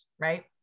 right